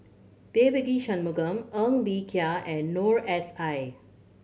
Devagi Sanmugam Ng Bee Kia and Noor S I